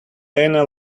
lena